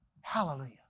Hallelujah